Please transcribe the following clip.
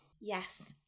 Yes